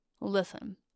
Listen